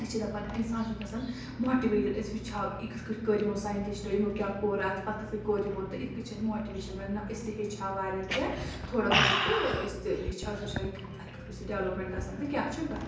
أسۍ چھِ دَپان اِنسان گژھَن ماٹِویٹ أسۍ وٕچھِ ہاو یہِ کِتھ کٔٹھۍ کٔرۍ یِمو ساینٹِسٹو یِمو کیٛاہ کوٚر اَتھ پَتہٕ کِتھ کوٚر یِمو تہٕ اِتھ کٔٹھ چھِ أسۍ ماٹِویشَن نَہ أسۍ تہِ ہیٚچھِ ہاو واریاہ کیٚنٛہہ تھوڑا بہت تہٕ أسۍ تہِ ہیٚچھ ہاو أسۍ وٕچھ ہاو یہِ کِتھ اَتھ کِتھ کٔٹھۍ چھِ ڈٮ۪ولَپمٮ۪نٛٹ گژھان تہٕ کیٛاہ چھُ گہ